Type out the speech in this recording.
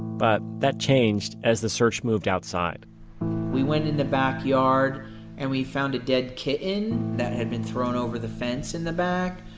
but that changed as the search moved outside we went in the backyard and we found a dead kitten that had been thrown over the fence in the back,